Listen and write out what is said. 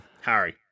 Harry